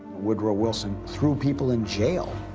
woodrow wilson threw people in jail,